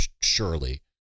surely